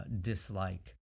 dislike